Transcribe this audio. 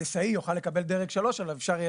הנדסאי יוכל לקבל דרג 3 אבל אפשר יהיה